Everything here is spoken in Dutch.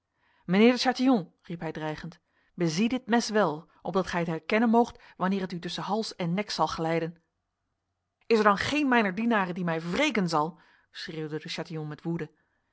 mijnheer de chatillon riep hij dreigend bezie dit mes wel opdat gij het herkennen moogt wanneer het u tussen hals en nek zal glijden is er dan geen mijner dienaren die mij wreken zal schreeuwde de chatillon met woede